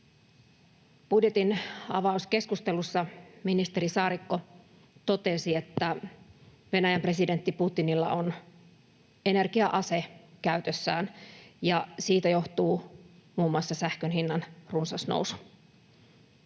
Budjetin avauskeskustelussa ministeri Saarikko totesi, että Venäjän presidentti Putinilla on energia-ase käytössään ja siitä johtuu muun muassa sähkön hinnan runsas nousu.